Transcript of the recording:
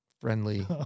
friendly